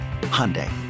Hyundai